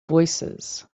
voicesand